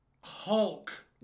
hulk